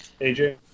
AJ